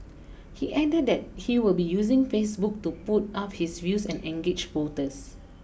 he added that he will be using Facebook to put up his views and engage voters